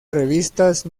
revistas